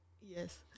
Yes